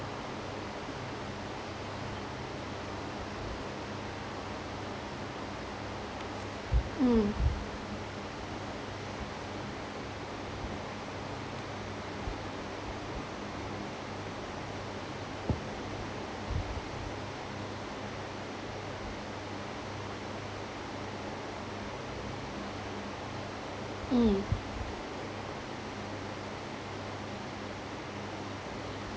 mm mm